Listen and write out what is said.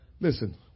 Listen